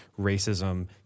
racism